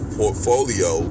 portfolio